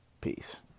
Peace